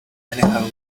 anyhow